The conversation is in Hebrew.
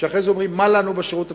שאחרי זה אומרים: מה לנו בשירות הציבורי.